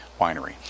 Winery